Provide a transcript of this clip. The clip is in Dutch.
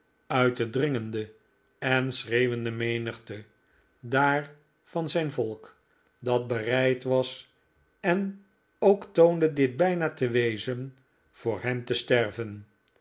uit de dringende en schreeuwende menigte daar van zijn volk dat bereid was en ook toonde dit bijna te wezen voor hem te sterven